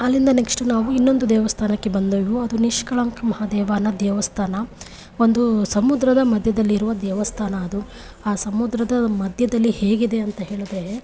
ಅಲ್ಲಿಂದ ನೆಕ್ಸ್ಟು ನಾವು ಇನ್ನೊಂದು ದೇವಸ್ಥಾನಕ್ಕೆ ಬಂದೆವು ಅದು ನಿಷ್ಕಳಂಕ ಮಹಾದೇವ ಅನ್ನೋ ದೇವಸ್ಥಾನ ಒಂದು ಸಮುದ್ರದ ಮಧ್ಯದಲ್ಲಿ ಇರುವ ದೇವಸ್ಥಾನ ಅದು ಆ ಸಮುದ್ರದ ಮಧ್ಯದಲ್ಲಿ ಹೇಗಿದೆ ಅಂತ ಹೇಳಿದರೆ